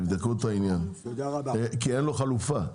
תבדקו את העניין כי אין לו חלופה,